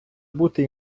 бути